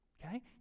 Okay